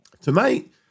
Tonight